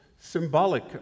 symbolic